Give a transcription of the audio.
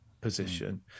position